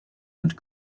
and